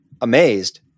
amazed